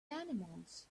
animals